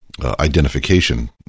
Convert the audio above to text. identification